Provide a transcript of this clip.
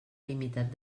limitat